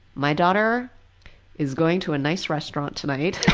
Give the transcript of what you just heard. my daughter is going to a nice restaurant tonight